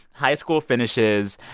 high school finishes,